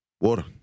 Water